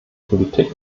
politik